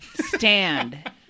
stand